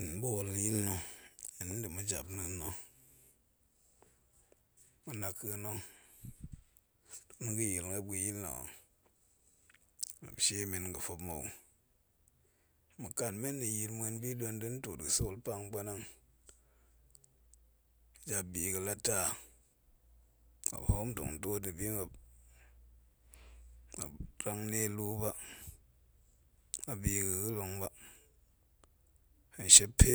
Hen ɓool ga̱yi na̱ hen nda̱ ma̱ jap na̱a̱n na̱, ma̱naka̱a̱ na̱, tun ga̱ya̱a̱ i muop ga̱yil nna̱, muop shie men ga̱ fop mou, maken men nna̱ ya̱a̱l bi ɗwen nda̱ ntwoot ga̱sol pang puanang, jabbi ga̱ la ta taa, muop hoom tong twoot nni bi muop, muop rangnie lu ba, a bi ga̱ ga̱long ba, hen shep pe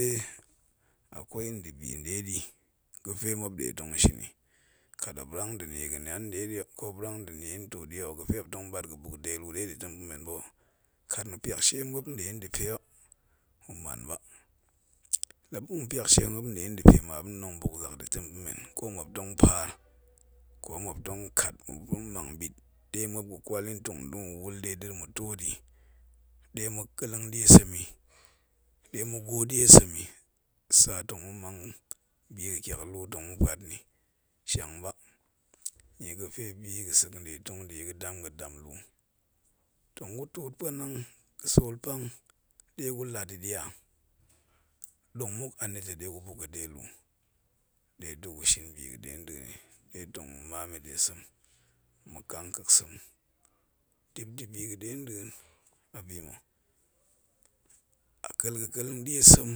a kwai nda̱binɗeɗi ga̱pe muop nɗe tong shin yi kat muop rang nda̱bi ga̱nion nɗeɗi ho ko muop rang nda̱ ɗie ntor ɗi ho ga̱pe muop tong ɓat ga̱buk de lu ɗe da̱ tem pa̱ men ba ho, kat ma̱piak shie muop nɗe nda̱pe ho, ma̱ man ba, la ba̱ ma̱piak shie muop nde nda̱pe ma muop ɗin tong buk zak da̱ tem pa̱ men ko muop tong paar ko muop tong kat muop tong mang ɓit ɗe muop ga̱ kwal yin tong dum nwul ɗe da̱ ma̱twoot yin tong dun nwul dɗ da̱ ma̱twoot yi ɗena̱ kelleng ɗie sem yi, ɗema̱ goo ɗie sem yi tsa tong ma̱mang biga̱ tyak lu tong ma̱puat nni shiang ba, nnie ga̱fie biga̱ sek nɗe tong da̱yi ga̱dam ga̱dam lu tong gutwoot puanang ga̱sol pang ɗe gulat yi ɗi a? Dong muk anita ɗe gubuk yi de lu, de da gushin loi ga̱ɗe nɗa̱a̱n yi, ɗe tong ma̱maam yi da sem ma̱kang kek sam dip nda̱bi ga̱ɗe nɗa̱a̱n a binna̱ a kel ga̱kel ɗie sem